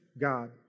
God